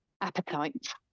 appetites